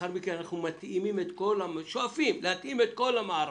לאחר מכן אנחנו שואפים להתאים את כל המערכות.